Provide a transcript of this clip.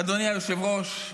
אדוני היושב-ראש,